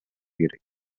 керек